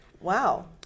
Wow